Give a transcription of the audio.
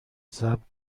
صبر